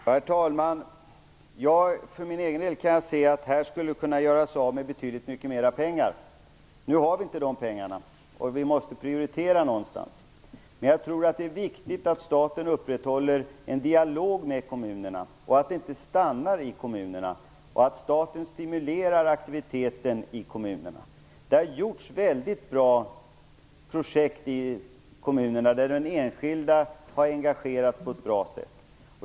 Herr talman! För min egen del kan jag se att vi här skulle kunna göra av med mycket mera pengar. Nu har vi inte de pengarna, och då måste vi prioritera. Men jag tror att det är viktigt att staten upprätthåller en dialog med kommunerna, att aktiviteten i kommunerna inte avstannar och att staten stimulerar aktiviteten i kommunerna. Det har genomförts väldigt bra projekt i kommunerna, där den enskilde har engagerats på ett bra sätt.